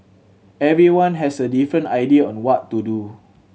everyone has a different idea on what to do